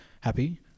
happy